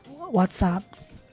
WhatsApp